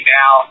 now